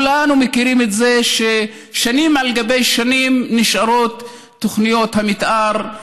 וכולנו יודעים ששנים על גבי שנים נשארות תוכניות המתאר,